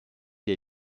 der